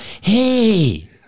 Hey